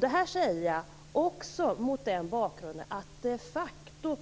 Det här säger jag också mot den bakgrunden att